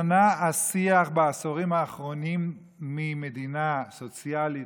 בעשורים האחרונים השתנה השיח ממדינה סוציאלית,